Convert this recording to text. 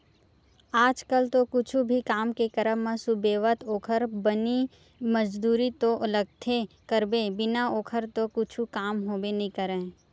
आज कल तो कुछु भी काम के करब म सुबेवत ओखर बनी मजदूरी तो लगबे करथे बिना ओखर तो कुछु काम होबे नइ करय